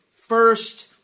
First